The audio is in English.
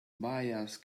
bias